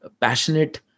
passionate